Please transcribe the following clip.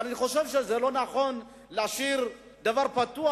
ואני חושב שזה לא נכון להשאיר דבר פתוח,